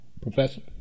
professor